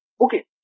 Okay